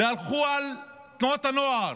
והלכו על תנועות הנוער.